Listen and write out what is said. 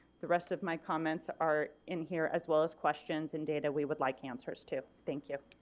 the rest of my comments are in here as well as questions and data we would like answers to. thank you.